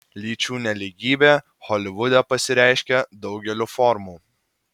lyčių nelygybė holivude pasireiškia daugeliu formų